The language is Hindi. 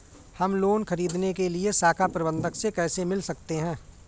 हम लोन ख़रीदने के लिए शाखा प्रबंधक से कैसे मिल सकते हैं?